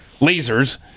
lasers